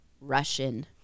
Russian